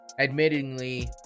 admittingly